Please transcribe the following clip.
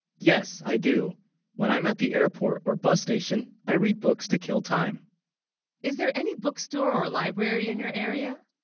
yes i do when i'm at the airport or bus station i read books to kill time is there any book, store or library in your area